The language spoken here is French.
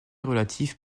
relative